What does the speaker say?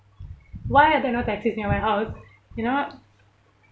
why are there no taxis near my house you know